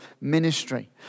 ministry